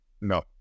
No